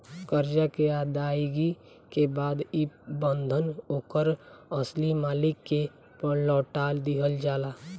करजा के अदायगी के बाद ई बंधन ओकर असली मालिक के लौटा दिहल जाला